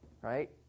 right